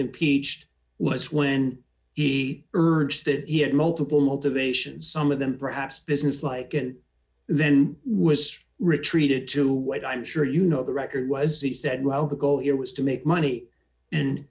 impeached was when he urged that he had multiple motivations some of them perhaps businesslike and then he was retreated to what i'm sure you know the record was he said well the goal here was to make money and